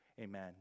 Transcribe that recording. Amen